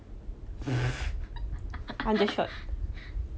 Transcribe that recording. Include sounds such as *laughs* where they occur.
*noise* *laughs*